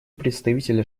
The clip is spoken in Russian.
представителя